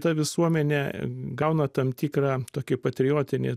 ta visuomenė gauna tam tikrą tokį patriotinį